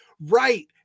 right